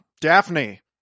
Daphne